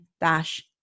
dash